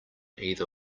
either